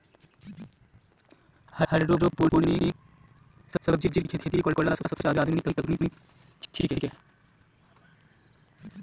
hydroponic सब्जिर खेती करला सोबसे आधुनिक तकनीक छिके